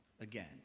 again